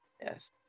Yes